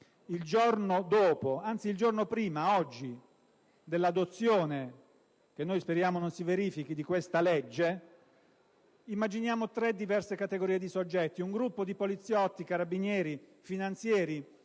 il giorno prima (oggi) dell'adozione, che noi speriamo non si verifichi, di questa legge immaginiamo tre diverse categorie di soggetti: un gruppo di poliziotti, carabinieri, finanzieri